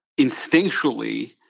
instinctually